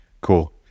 Cool